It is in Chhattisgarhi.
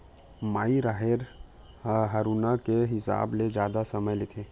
माई राहेर ह हरूना के हिसाब ले जादा समय लेथे